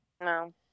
No